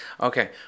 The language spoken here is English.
Okay